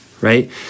right